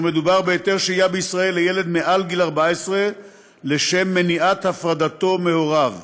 היתר שהייה בישראל לילד מעל גיל 14 לשם מניעת הפרדתו מהוריו,